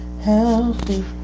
healthy